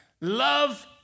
love